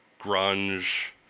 grunge